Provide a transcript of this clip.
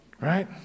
Right